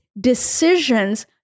decisions